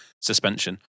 suspension